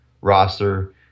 roster